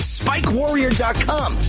spikewarrior.com